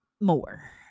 more